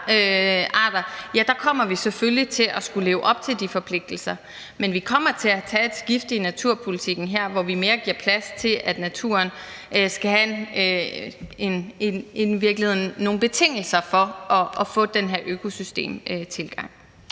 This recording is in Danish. arter, kommer vi selvfølgelig til at skulle leve op til de forpligtelser. Men vi kommer her til at foretage et skift i naturpolitikken, hvor vi mere giver plads til de rette betingelser for at få den her økosystemtilgang.